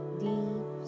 deep